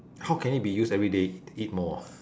how can it be used every day to eat more ah